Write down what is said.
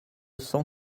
cent